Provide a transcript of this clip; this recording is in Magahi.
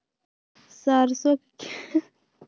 सरसों के खेत मे कितना बार पानी पटाये?